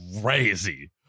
Crazy